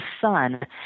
son